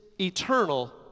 eternal